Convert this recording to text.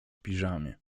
piżamie